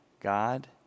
God